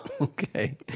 Okay